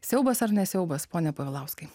siaubas ar ne siaubas pone povilauskai